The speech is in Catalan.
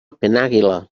penàguila